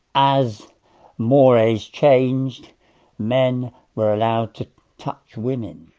as mores changed men were allowed to touch women.